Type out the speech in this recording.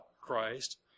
Christ